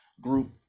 group